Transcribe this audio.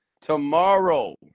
tomorrow